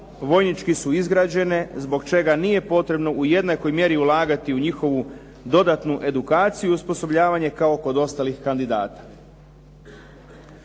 vojnički su izgrađene zbog čega nije potrebno u jednakoj mjeri ulagati u njihovu dodatnu edukaciju i osposobljavanje kao kod ostalih kandidata.